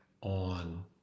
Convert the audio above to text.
on